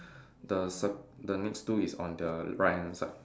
the cir~ the next two is on the right hand side